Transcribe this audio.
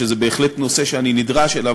שזה בהחלט נושא שאני נדרש אליו,